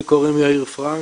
לי קוראים יאיר פראנק,